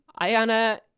Ayana